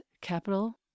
capital